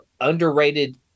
underrated